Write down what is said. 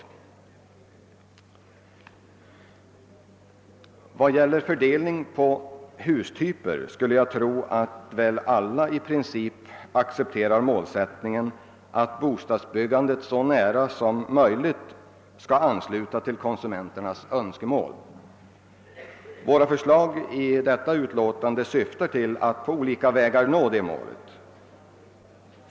I vad gäller fördelning på hustyper skulle jag tro att alla i princip accep terar målsättningen att bostadsbyggandet så nära som möjligt skall ansluta till konsumenternas önskemål. Våra förslag i förevarande utlåtande syftar till att på olika vägar nå detta mål.